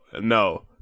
no